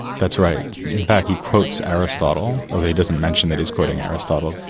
that's right. in fact, he quotes aristotle, although he doesn't mention that he's quoting aristotle,